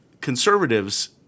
Conservatives